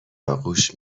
آغوش